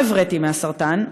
לא הבראתי מהסרטן,